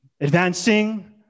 advancing